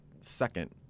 second